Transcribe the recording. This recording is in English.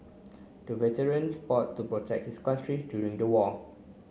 the veteran fought to protect his country during the war